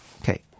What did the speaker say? Okay